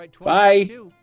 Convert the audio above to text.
Bye